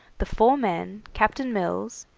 the four men, captain mills,